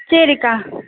சரிக்கா